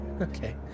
Okay